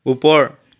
ওপৰ